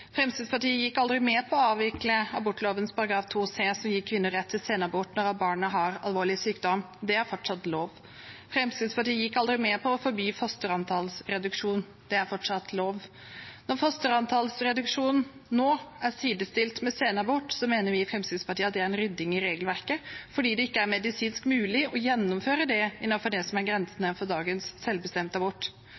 Fremskrittspartiet gikk aldri med på å avvikle abortloven § 2 c, som gir kvinner rett til senabort når barnet har alvorlig sykdom. Det er fortsatt lov. Fremskrittspartiet gikk aldri med på å forby fosterantallsreduksjon. Det er fortsatt lov. Når fosterantallsreduksjon nå er sidestilt med senabort, mener vi i Fremskrittspartiet at det er en rydding i regelverket, for det er ikke medisinsk mulig å gjennomføre det innenfor det som er